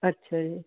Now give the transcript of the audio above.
ਅੱਛਾ ਜੀ